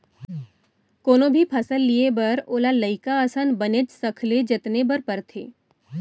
कोनो भी फसल लिये बर ओला लइका असन बनेच सखले जतने बर परथे